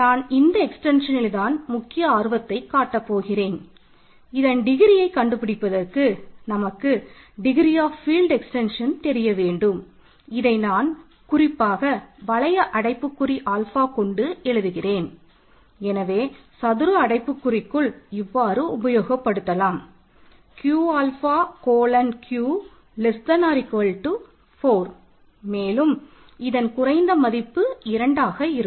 நான் இந்த எக்ஸ்டென்ஷனில்தான் Q 4மேலும் இதன் குறைந்த மதிப்பு 2 ஆக இருக்கும்